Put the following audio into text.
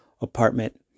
apartment